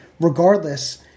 regardless